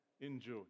enjoy